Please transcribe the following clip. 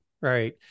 right